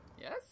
Yes